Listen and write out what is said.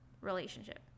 relationship